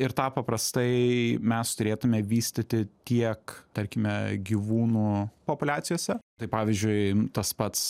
ir tą paprastai mes turėtume vystyti tiek tarkime gyvūnų populiacijose tai pavyzdžiui tas pats